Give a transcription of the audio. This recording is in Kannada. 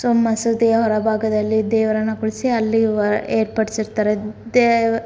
ಸೋ ಮಸೀದಿಯ ಹೊರಭಾಗದಲ್ಲಿ ದೇವರನ್ನು ಕೂರಿಸಿ ಅಲ್ಲಿ ಏರ್ಪಡ್ಸಿರ್ತಾರೆ ದೇವ್